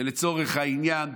לצורך העניין,